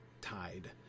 tied